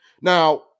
Now